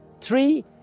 Three